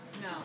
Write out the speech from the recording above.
No